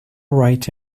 right